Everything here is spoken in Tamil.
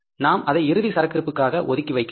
நாம் அதை இறுதி சரக்கு இருப்புக்காக ஒதுக்கி வைக்கிறோம்